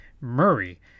murray